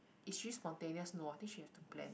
is she spontaneous no I think she has to plan